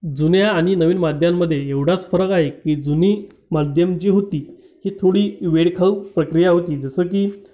जुन्या आणि नवीन माध्यमांमध्ये एवढाच फरक आहे की जुनी माध्यमं जी होती ही थोडी वेळखाऊ प्रक्रिया होती जसं की